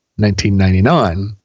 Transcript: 1999